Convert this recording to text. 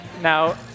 Now